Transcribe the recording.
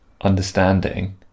understanding